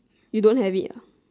you don't have it ah